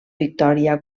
victòria